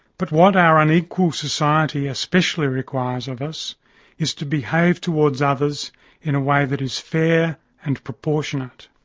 but what our unequal society especially requires of us is to behave towards others in a way that is fair and proportionate.